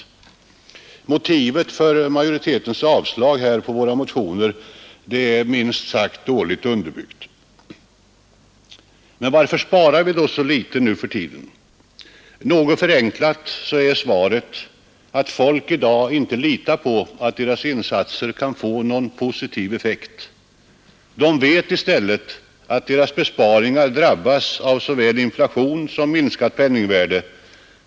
Motivet för majoritetens yrkande om avslag på våra motioner är minst sagt dåligt underbyggt. Men varför sparar vi då så litet nu för tiden? Något förenklat är svaret att folk i dag inte litar på att deras insatser kan få någon positiv effekt. De vet i stället att deras besparingar drabbas av såväl inflation som minskat penningvärde.